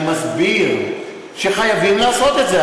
אני מסביר שחייבים לעשות את זה.